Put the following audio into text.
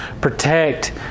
protect